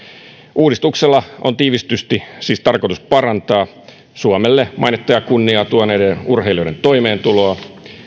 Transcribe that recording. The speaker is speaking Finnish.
uudistuksella on tiivistetysti siis tarkoitus parantaa suomelle mainetta ja kunniaa tuoneiden urheilijoiden toimeentuloa